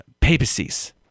papacies